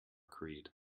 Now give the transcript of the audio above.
creed